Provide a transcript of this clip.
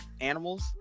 animals